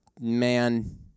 man